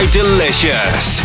Delicious